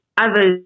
others